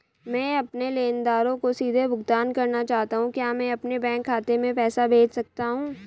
मैं अपने लेनदारों को सीधे भुगतान करना चाहता हूँ क्या मैं अपने बैंक खाते में पैसा भेज सकता हूँ?